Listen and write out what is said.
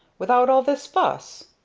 without all this fuss!